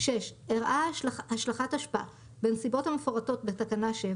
ארעה השלכת אשפה בנסיבות המפורטות בתקנה 7